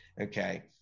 Okay